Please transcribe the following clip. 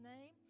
name